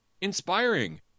inspiring